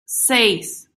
seis